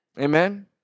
Amen